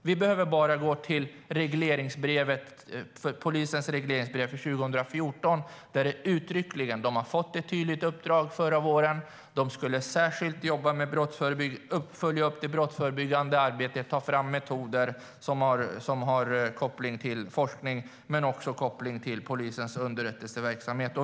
Vi behöver bara titta på regleringsbrevet till polisen för 2014, där polisen har fått ett uttryckligt uppdrag att särskilt jobba med att följa upp det brottsförebyggande arbetet och ta fram metoder som har koppling till forskning och polisens underrättelseverksamhet.